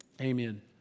amen